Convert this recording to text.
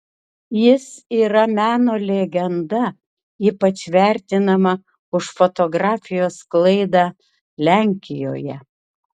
jis yra meno legenda ypač vertinama už fotografijos sklaidą lenkijoje